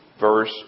verse